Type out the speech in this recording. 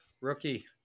rookie